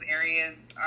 areas